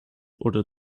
oder